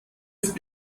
ist